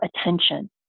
attention